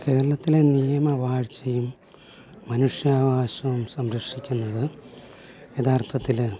കേരളത്തിലെ നിയമവാഴ്ചയും മനുഷ്യാവകാശവും സംരക്ഷിക്കുന്നത് യഥാർത്ഥത്തിൽ